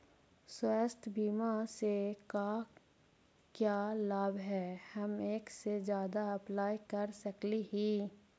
स्वास्थ्य बीमा से का क्या लाभ है हम एक से जादा अप्लाई कर सकली ही?